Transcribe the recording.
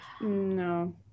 No